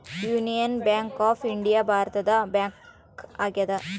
union bank of India ಭಾರತದ bank ಆಗ್ಯಾದ